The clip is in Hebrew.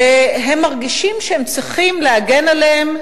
הם מרגישים שהם צריכים להגן עליהם,